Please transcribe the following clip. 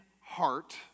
heart